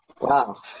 Wow